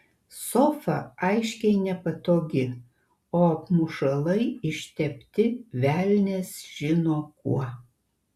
sofa aiškiai nepatogi o apmušalai ištepti velnias žino kuo